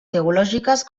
teològiques